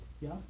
Yes